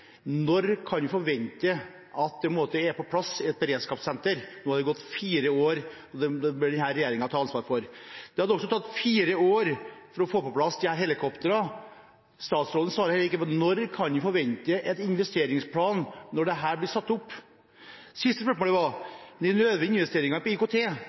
Når kan vi forvente at et beredskapssenter er på plass? Nå har det gått fire år, og det bør denne regjeringen ta ansvar for. Det har også tatt fire år å få på plass disse helikoptrene. Statsråden svarer heller ikke på når vi kan forvente en investeringsplan hvor dette blir satt opp. Når det gjelder det siste spørsmålet, lover dere investeringer på IKT.